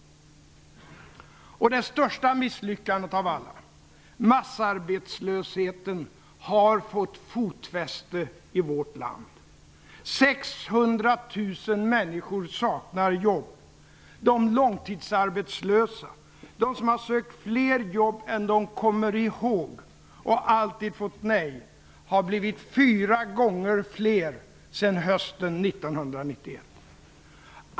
* Och det största misslyckandet av alla: Massarbetslösheten har fått fotfäste i vårt land. 600 000 människor saknar jobb. De långtidsarbetslösa, de som har sökt fler jobb än de kommer ihåg och alltid fått nej, har blivit fyra gånger fler sedan hösten 1991.